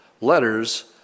letters